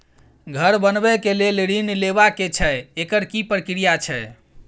घर बनबै के लेल ऋण लेबा के छै एकर की प्रक्रिया छै?